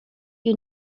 you